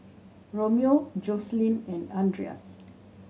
Romeo Jocelyn and Andreas